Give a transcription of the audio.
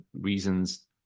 reasons